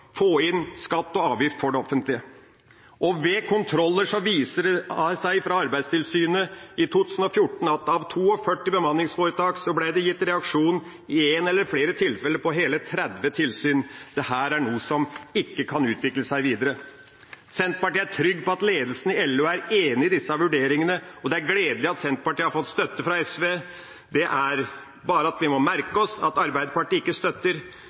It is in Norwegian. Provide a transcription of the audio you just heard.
få inn skatter og avgifter for det offentlige. Ved kontroller utført av Arbeidstilsynet i 2014, viste det seg at av 42 bemanningsforetak ble det gitt reaksjon på ett eller flere tilfeller ved hele 30 tilsyn. Dette er noe som ikke kan få utvikle seg videre. Senterpartiet er trygg på at ledelsen i LO er enig i disse vurderingene, og det er gledelig at Senterpartiet har fått støtte fra SV. Vi merker oss derimot at Arbeiderpartiet ikke støtter oss, med en begrunnelse om at